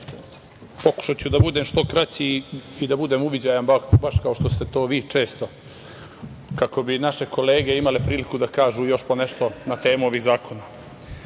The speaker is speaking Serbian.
Hvala. Pokušaću da budem što kraći i da budem uviđavan baš kao što ste to vi često, kako bi naše kolege imale priliku da kažu još ponešto na temu ovih